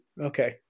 Okay